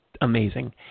amazing